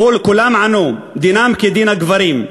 כולם ענו: דינם כדין הגברים.